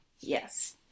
Yes